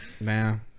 man